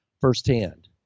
firsthand